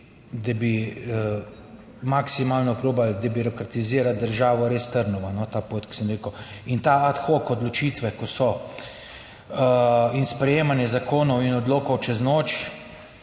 da bi maksimalno probali debirokratizirati državo, res trnova ta pot, kot sem rekel. In ta ad hoc odločitve, ko so in sprejemanje zakonov **68. TRAK: